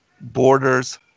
borders